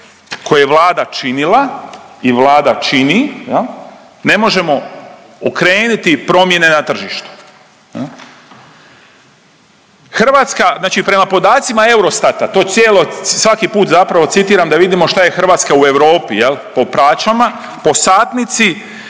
koje je Vlada činila i Vlada čini jel, ne možemo okreniti promjene na tržištu jel. Hrvatska, znači prema podacima Eurostata, to cijelo svaki put zapravo citiram da vidimo šta je Hrvatska u Europi jel po plaćama, po satnici,